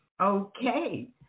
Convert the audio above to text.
Okay